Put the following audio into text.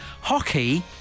hockey